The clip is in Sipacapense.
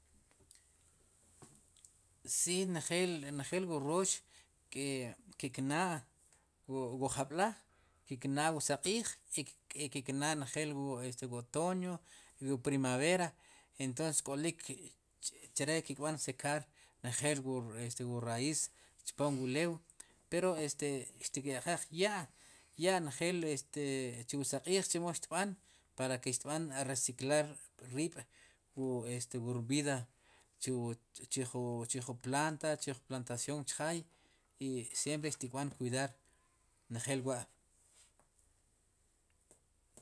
Si njel, njel wu roox ki' ki'knaa' wu jab'laj ki'knaa' wu saq'iij i ki knaa' njel wu otoño wu primavera entonces k'olik chre'ki' kb'an cekar njel wu raiz chpom wu ulew pero xtikya'qaj ya', ya'njel chu wu saq'iij chemo xtb'an para ke xtb'an reciclar riib' wur vida chuwu chij jun planta, chujun plantación chjaay xtik b'an kwidar njel wa'.